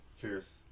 Cheers